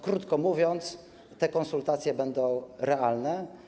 Krótko mówiąc, te konsultacje będą realne.